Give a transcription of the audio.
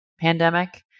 Pandemic